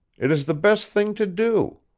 it is the best thing to do.